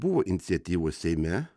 buvo iniciatyvos seime